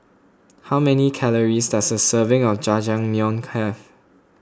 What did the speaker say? how many Calories does a serving of Jajangmyeon have